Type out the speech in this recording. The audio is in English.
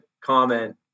comment